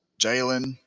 Jalen